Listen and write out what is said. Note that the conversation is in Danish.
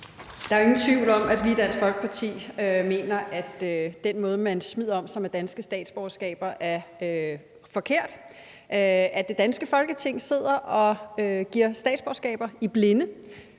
Der er jo ingen tvivl om, at vi i Dansk Folkeparti mener, at den måde, man smider om sig med danske statsborgerskaber på, er forkert, og at det er forkert, at det danske Folketing sidder og giver statsborgerskaber i blinde,